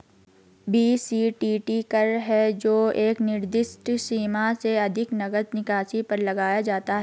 BCTT कर है जो एक निर्दिष्ट सीमा से अधिक नकद निकासी पर लगाया जाता है